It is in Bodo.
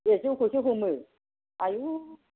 ए जौखौसो हमो आयु